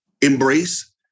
embrace